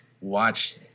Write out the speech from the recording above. watch